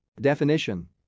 definition